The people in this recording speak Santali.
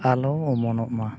ᱟᱞᱚ ᱚᱢᱚᱱᱚᱜ ᱢᱟ